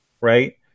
Right